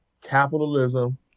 capitalism